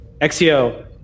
Exio